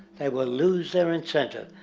they would loose their incentive.